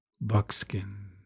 buckskin